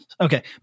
Okay